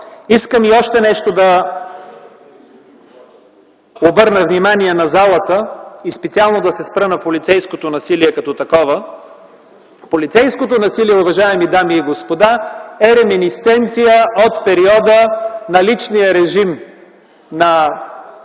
Искам на още нещо да обърна внимание на залата и специално да се спра на полицейското насилие като такова. Полицейското насилие, уважаеми дами и господа, е реминисценция от периода на личния режим на цар Борис